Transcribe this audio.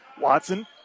Watson